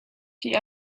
die